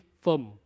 firm